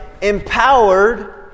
empowered